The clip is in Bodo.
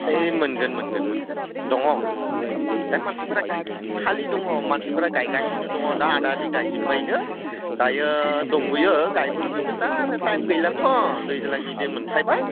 ओय मोनगोन मोनगोन मोनगोन दङ बे मानसिफोरा खालि दङ मानसिफोरा गायगासिनो दङ दा आदा आदि गायजोबबायनोय़ दायो दंबावो गायबावनो ओमफ्राय दा आरो टाइम गैलाथ' दैज्लांनि दै मोनफैबाय